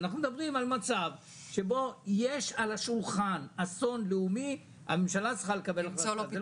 אנחנו מדברים על מצב שבו יש אסון לאומי והממשלה צריכה למצוא לו פתרון ולא